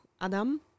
Adam